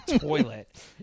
toilet